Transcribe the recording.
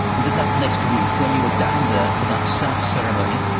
and in that next week when you were down there for that sad ceremony,